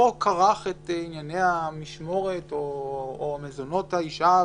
כרך את ענייני המשמורת או מזונות האישה